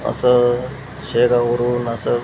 असं शेगाववरून असं